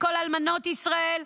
לכל אלמנות ישראל,